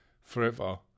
forever